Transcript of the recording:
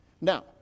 Now